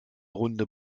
runde